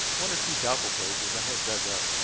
one or two doubtful places i had dug up.